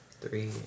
three